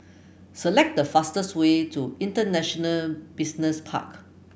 select the fastest way to International Business Park